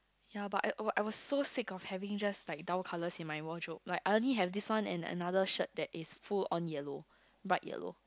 ya but I I was so sick of having just like down colour in my wardrobe like I already has this one and another shirt in full on yellow but yellow